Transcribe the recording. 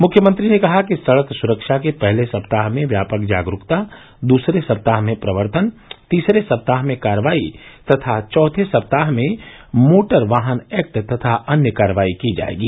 मुख्यमंत्री ने कहा कि सड़क सुरक्षा के पहले सप्ताह में व्यापक जागरूकता दूसरे सप्ताह में प्रवर्तन तीसरे सप्ताह में कार्रवाई तथा चौथे सप्ताह में मोटर वाहन एक्ट तथा अन्य कार्रवाई की जायेगी